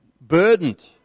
burdened